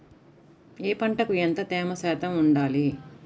ఏ పంటకు ఎంత తేమ శాతం ఉండాలి?